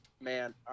Man